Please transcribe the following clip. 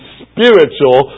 spiritual